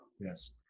yes